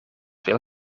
veel